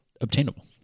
obtainable